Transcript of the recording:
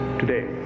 today